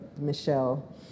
Michelle